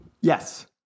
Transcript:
Yes